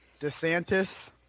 DeSantis